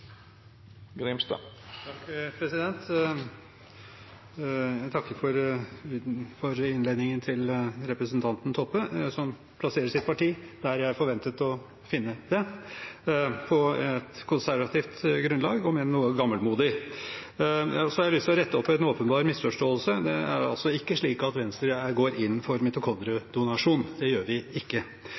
Jeg takker for innledningen til representanten Toppe, som plasserer sitt parti der jeg forventet å finne det – på et konservativt grunnlag, om enn noe gammelmodig. Så har jeg lyst til å rette opp en åpenbar misforståelse. Det er ikke slik at Venstre går inn for mitokondriedonasjon – det gjør vi ikke.